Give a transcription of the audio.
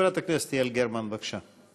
חברת הכנסת יעל גרמן, בבקשה.